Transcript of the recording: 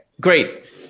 great